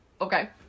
Okay